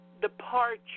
departure